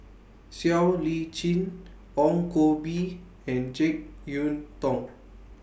Siow Lee Chin Ong Koh Bee and Jek Yeun Thong